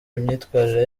imyitwarire